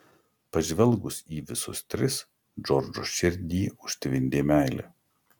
pažvelgus į visus tris džordžo širdį užtvindė meilė